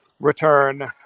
Return